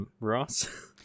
Ross